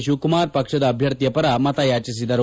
ಶಿವಕುಮಾರ್ ಪಕ್ಷದ ಅಭ್ಯರ್ಥಿಯ ಪರ ಮತಯಾಚಿಸಿದರು